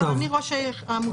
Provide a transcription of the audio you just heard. אני ראש המותב.